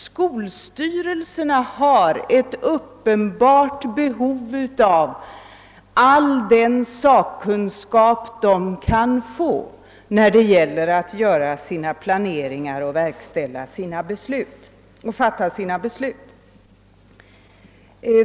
Skolstyrelserna har ett uppenbart behov av all den sakkunskap de kan få när det gäller att göra sina planeringar och fatta sina beslut.